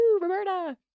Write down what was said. Roberta